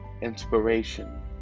inspiration